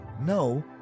No